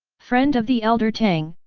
friend of the elder tang,